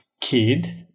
kid